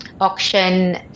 auction